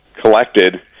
collected